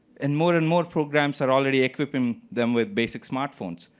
and more and more programs are already equipping them with basic smartphones.